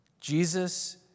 Jesus